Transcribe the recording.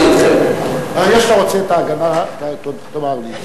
ברגע שאתה רוצה הגנה, תאמר לי.